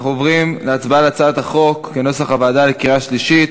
אנחנו עוברים להצבעה על הצעת החוק כנוסח הוועדה בקריאה שלישית.